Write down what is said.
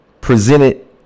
presented